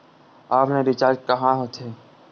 Offline recharge कहां होथे?